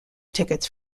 tickets